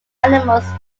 animals